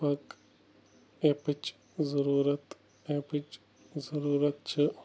بَک ایٚپٕچ ضُروٗرَتھ ایٚپٕچ ضُروٗرَتھ چھِ